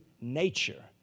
nature